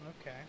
Okay